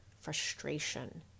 frustration